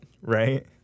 Right